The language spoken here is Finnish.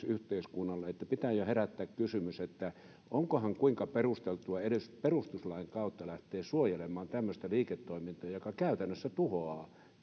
yhteiskunnalle että pitää jo herättää kysymys että onkohan kuinka perusteltua edes perustuslain kautta lähteä suojelemaan tämmöistä liiketoimintaa joka käytännössä tuhoaa